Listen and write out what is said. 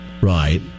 Right